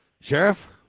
Sheriff